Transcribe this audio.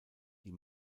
die